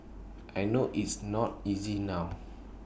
I know it's not easy now